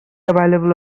available